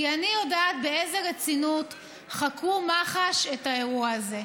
כי אני יודעת באיזו רצינות חקרו מח"ש את האירוע הזה.